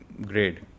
grade